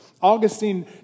Augustine